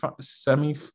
semi